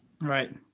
Right